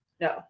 No